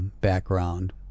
background